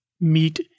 meet